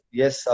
yes